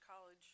College